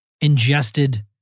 ingested